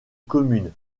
commune